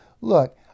Look